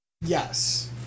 Yes